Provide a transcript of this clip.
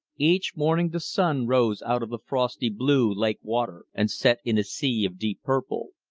each morning the sun rose out of the frosty blue lake water, and set in a sea of deep purple.